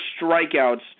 strikeouts